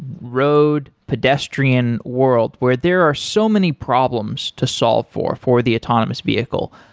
road, pedestrian world, where there are so many problems to solve for for the autonomous vehicle.